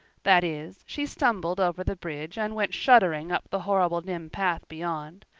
that is, she stumbled over the bridge and went shuddering up the horrible dim path beyond.